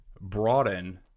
broaden